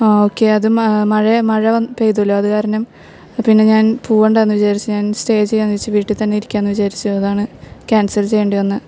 ആ ഓക്കേ അത് മ മഴ മഴ വ പെയ്തൂല്ലോ അത് കാരണം പിന്നെ ഞാൻ പുവണ്ടാന്ന് വിചാരിച്ച് ഞാൻ സ്റ്റേ ചെയ്യാന്ന് വെച്ച് വീട്ടിൽ തന്നെ ഇരിക്ക്യാന്ന് വിചാരിച്ചു അതാണ് ക്യാൻസൽ ചെയ്യേണ്ടി വന്നത്